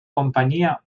companyia